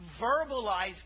verbalize